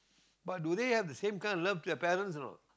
but do they have the same kind of love to their parents or not